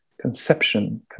conception